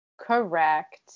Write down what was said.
Correct